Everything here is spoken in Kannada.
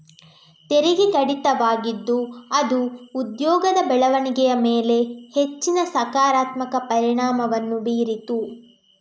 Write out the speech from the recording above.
ತೆರಿಗೆ ಕಡಿತವಾಗಿದ್ದು ಅದು ಉದ್ಯೋಗದ ಬೆಳವಣಿಗೆಯ ಮೇಲೆ ಹೆಚ್ಚಿನ ಸಕಾರಾತ್ಮಕ ಪರಿಣಾಮವನ್ನು ಬೀರಿತು